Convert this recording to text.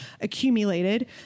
accumulated